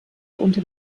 unter